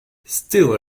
still